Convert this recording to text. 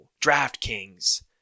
DraftKings